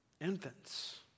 infants